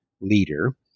leader